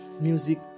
music